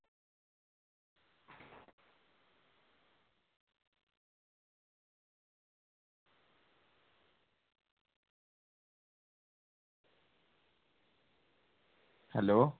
hello